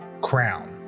crown